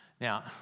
Now